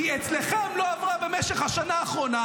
כי אצלכם לא עברה במשך השנה האחרונה